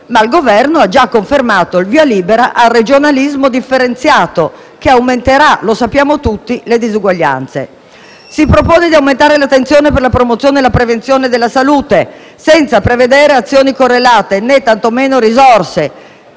ma il Governo ha già confermato il via libera al regionalismo differenziato, che - come sappiamo tutti - aumenterà le disuguaglianze. Si propone di aumentare l'attenzione per la promozione e la prevenzione della salute senza prevedere azioni correlate, né tantomeno risorse;